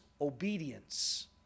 obedience